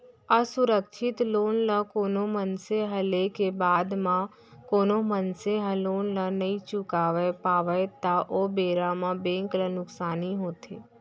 असुरक्छित लोन ल कोनो मनसे ह लेय के बाद म कोनो मनसे ह लोन ल नइ चुकावय पावय त ओ बेरा म बेंक ल नुकसानी होथे